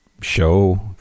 show